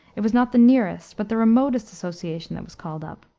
it was not the nearest, but the remotest, association that was called up.